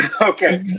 Okay